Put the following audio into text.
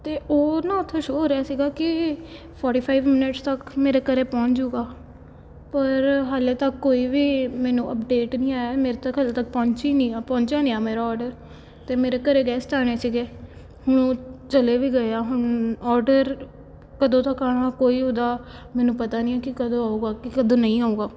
ਅਤੇ ਉਹ ਨਾ ਉੱਥੋਂ ਸ਼ੋ ਹੋ ਰਿਹਾ ਸੀਗਾ ਕਿ ਫੋਟੀ ਫਾਈਵ ਮਿੰਨਟਸ ਤੱਕ ਮੇਰੇ ਘਰ ਪਹੁੰਚ ਜੂਗਾ ਪਰ ਹਜੇ ਤੱਕ ਕੋਈ ਵੀ ਮੈਨੂੰ ਅਪਡੇਟ ਨਹੀਂ ਆਇਆ ਮੇਰੇ ਤੱਕ ਹਜੇ ਤੱਕ ਪਹੁੰਚੀ ਨਹੀਂ ਆ ਪਹੁੰਚਿਆ ਨਹੀਂ ਆ ਮੇਰਾ ਆਰਡਰ ਅਤੇ ਮੇਰੇ ਘਰ ਗੈਸਟ ਆਉਣੇ ਸੀਗੇ ਹੁਣ ਉਹ ਚਲੇ ਵੀ ਗਏ ਆ ਹੁਣ ਆਰਡਰ ਕਦੋਂ ਤੋਂ ਖਾਣਾ ਕੋਈ ਉਹਦਾ ਮੈਨੂੰ ਪਤਾ ਨਹੀਂ ਕਿ ਕਦੋਂ ਆਊਗਾ ਕਿ ਕਦੋਂ ਨਹੀਂ ਆਉਗਾ